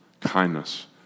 kindness